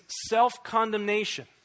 self-condemnation